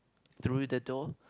through the door